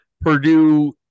Purdue